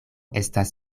estas